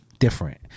Different